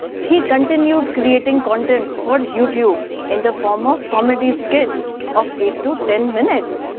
he continued creating content for youtube, in the form of comedy skits of eight to ten minutes.